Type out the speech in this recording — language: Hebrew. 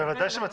בוודאי שמצביעים.